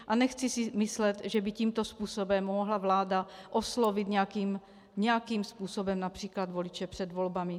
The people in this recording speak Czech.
A nechci si myslet, že by tímto způsobem mohla vláda oslovit nějakým způsobem např. voliče před volbami.